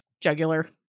jugular